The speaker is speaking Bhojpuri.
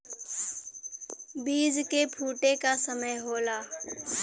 बीज के फूटे क समय होला